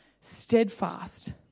steadfast